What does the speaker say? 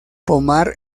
pomar